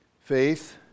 Faith